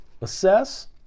assess